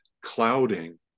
clouding